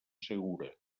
segura